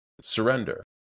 Surrender